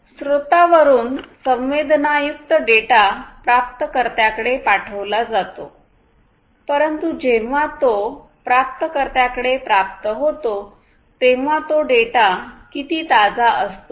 स्त्रोतावरून संवेदनायुक्त डेटा प्राप्तकर्त्याकडे पाठविला जातो परंतु जेव्हा तो प्राप्तकर्त्याकडे प्राप्त होतो तेव्हा तो डेटा किती ताजा असतो